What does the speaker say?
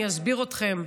אני אסביר אתכם,